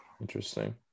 interesting